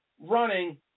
running